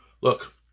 look